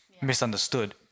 misunderstood